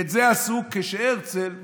אתה איש שיודע קרוא, תקרא את החוק.